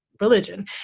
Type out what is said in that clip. religion